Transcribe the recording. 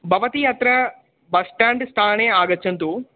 भवती अत्र bus stand स्थाने आगच्छन्तु